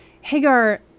Hagar